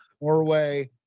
Norway